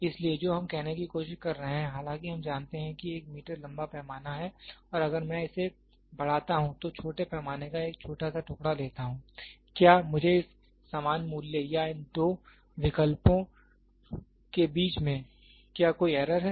इसलिए जो हम कहने की कोशिश कर रहे हैं हालांकि हम जानते हैं कि 1 मीटर लंबा पैमाना है और अगर मैं इसे बढ़ाता हूं तो छोटे पैमाने का एक छोटा सा टुकड़ा लेता हूं क्या मुझे इसे समान मूल्य या इन दो विकल्पों के बीच में क्या कोई एरर है